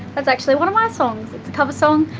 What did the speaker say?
that's actually one of my songs. it's a cover song,